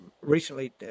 recently